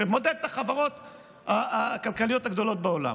שמודד את החברות הכלכליות הגדולות בעולם.